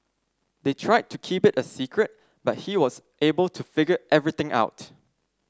they tried to keep it a secret but he was able to figure everything out